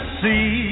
see